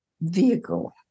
vehicle